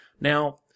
Now